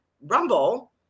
Rumble